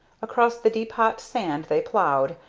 across the deep hot sand they ploughed,